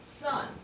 son